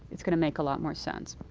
it's going to make a lot more sense.